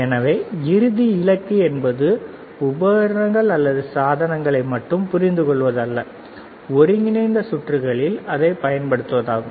எனவே இறுதி இலக்கு என்பது உபகரணங்கள் அல்லது சாதனங்களை மட்டும் புரிந்துகொள்வது அல்ல ஒருங்கிணைந்த சுற்றுகளில் அதைப் பயன்படுத்துவதாகும்